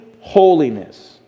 holiness